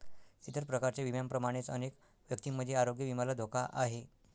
इतर प्रकारच्या विम्यांप्रमाणेच अनेक व्यक्तींमध्ये आरोग्य विम्याला धोका आहे